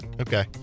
Okay